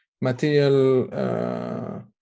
Material